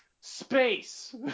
Space